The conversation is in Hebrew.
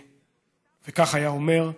וכך היה אומר: